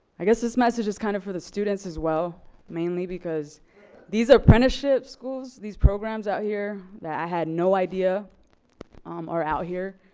i guess this message is kind of for the students as well mainly because these apprenticeship schools, these programs out here, that i had no idea are out here.